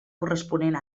corresponent